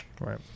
Right